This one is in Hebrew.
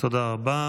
תודה רבה.